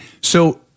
so-